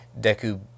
Deku